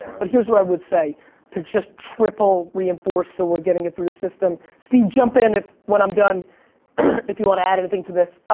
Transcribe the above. but here's what i would say to just triple reinforce so we're getting it through the system, steve jump in if when i'm done if you want to add anything to this.